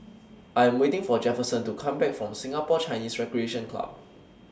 I Am waiting For Jefferson to Come Back from Singapore Chinese Recreation Club